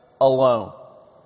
alone